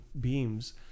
beams